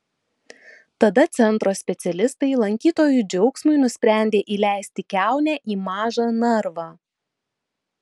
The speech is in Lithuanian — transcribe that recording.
tada centro specialistai lankytojų džiaugsmui nusprendė įleisti kiaunę į mažą narvą